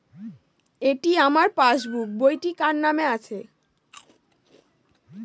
এটি আমার পাসবুক বইটি কার নামে আছে?